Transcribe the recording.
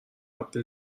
اَپ